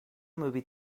movie